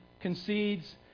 concedes